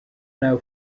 now